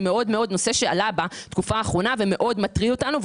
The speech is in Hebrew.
נושא שעלה בתקופה האחרונה ומאוד מטריד אותנו,